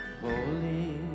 Holy